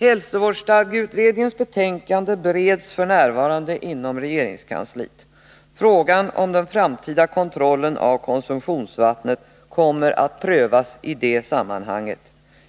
Hälsovårdsstadgeutredningens betänkande bereds f. n. inom regeringskansliet. Frågan om den framtida kontrollen av konsumtionsvattnet kommer att prövas i det sammanhanget.